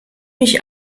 mich